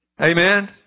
Amen